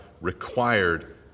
required